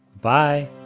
Bye